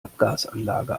abgasanlage